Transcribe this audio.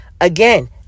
Again